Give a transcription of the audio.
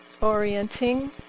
Orienting